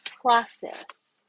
process